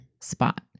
spot